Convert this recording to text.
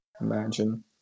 Imagine